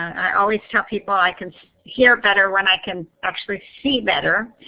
i always tell people i can hear better when i can actually see better.